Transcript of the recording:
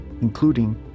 including